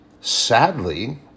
Sadly